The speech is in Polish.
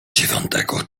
dziewiątego